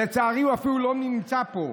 לצערי, הוא אפילו לא נמצא פה.